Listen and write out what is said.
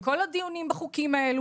בכל הדיונים בחוקים האלו,